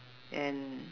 and